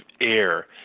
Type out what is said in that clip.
air